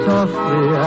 Softly